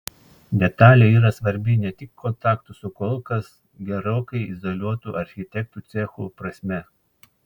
detalė yra svarbi ne tik kontaktų su kol kas gerokai izoliuotu architektų cechu prasme